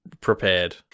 prepared